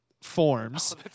forms